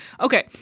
Okay